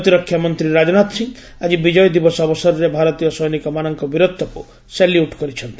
ପ୍ରତିରକ୍ଷା ମନ୍ତ୍ରୀ ରାଜନାଥ ସିଂହ ଆଜି ବିଜୟ ଦିବସ ଅବସରରେ ଭାରତୀୟ ସୈନିକମାନଙ୍କ ବୀରତ୍ୱକୁ ସାଲ୍ୟୁଟ୍ କରିଛନ୍ତି